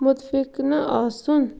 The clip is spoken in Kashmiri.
مُتفِق نہٕ آسُن